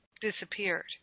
disappeared